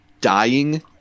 Dying